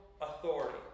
authority